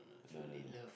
no no no